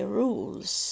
rules